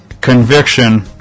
conviction